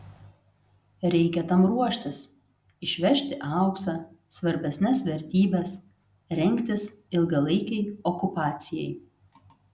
reikia tam ruoštis išvežti auksą svarbesnes vertybes rengtis ilgalaikei okupacijai